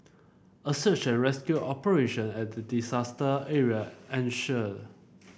a search and rescue operation at the disaster area ensued